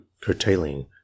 curtailing